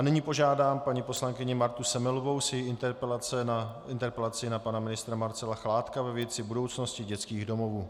Nyní požádám paní poslankyni Martu Semelovou s její interpelací na pana ministra Marcela Chládka ve věci budoucnosti dětských domovů.